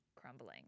crumbling